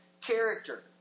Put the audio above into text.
character